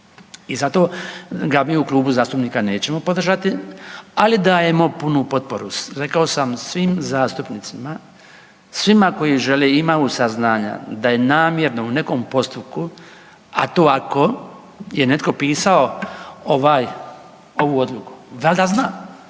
I zato ga mi u klubu zastupnika nećemo podržati, ali dajemo punu potporu rekao sam svim zastupnicima, svima koji žele i imaju saznanja da je namjerno u nekom postupku, a to ako je netko pisao ovaj, ovu odluku valjda zna.